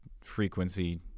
frequency